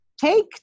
take